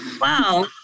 Wow